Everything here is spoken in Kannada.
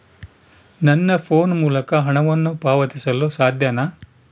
ನನ್ನ ಫೋನ್ ಮೂಲಕ ಹಣವನ್ನು ಪಾವತಿಸಲು ಸಾಧ್ಯನಾ?